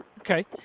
Okay